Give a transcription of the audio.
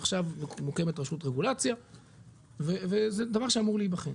עכשיו מוקמת רשות רגולציה וזה דבר שאמור להיבחן.